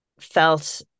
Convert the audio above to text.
felt